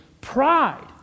pride